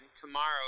tomorrow